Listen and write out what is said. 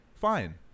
fine